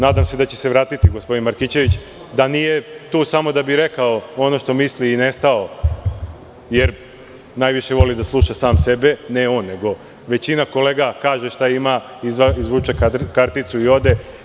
Nadam se da će se vratiti gospodin Markićević, da nije tu samo da bi rekao ono što misli i nestao, jer najviše voli da sluša sam sebe, ne on, nego većina kolega kaže šta ima, izvuče karticu i ode.